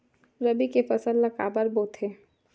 रबी के फसल ला काबर बोथे?